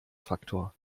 faktor